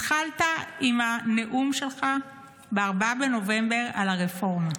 התחלת עם הנאום שלך ב-4 בנובמבר על הרפורמה.